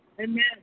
Amen